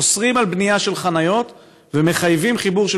אוסרים בנייה של חניות ומחייבים חיבור של